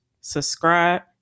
subscribe